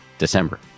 December